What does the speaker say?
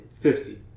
Fifty